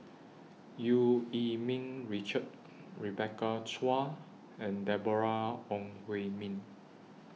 EU Yee Ming Richard Rebecca Chua and Deborah Ong Hui Min